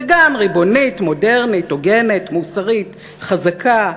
וגם ריבונית, מודרנית, הוגנת, מוסרית, חזקה,